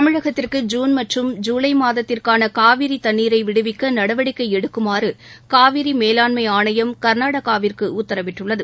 தமிழகத்திற்கு மற்றும் ஜான் ஜூலைமாதத்திற்னனகாவிரிதண்ணீரைவிடுவிக்கநடவடிக்கைஎடுக்குமாறுகாவிரிமேலாண்மைஆனையம் கர்நாடகாவிற்குஉத்தரவிட்டுள்ளது